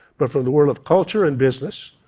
but from the world of culture and business,